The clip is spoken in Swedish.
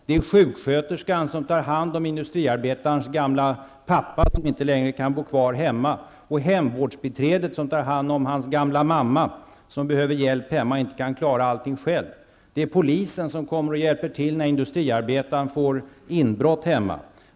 Det är sjuksköterskan som tar hand om industriarbetarens gamla pappa, som inte längre kan bo kvar hemma, och hemvårdsbiträdet som tar hand om hans gamla mamma, som behöver hjälp hemma och inte kan klara allting själv. Det är polisen, som kommer och hjälper till när industriarbetaren får inbrott hemma.